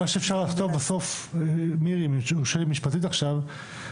אם יורשה לי משפטית עכשיו,